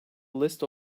list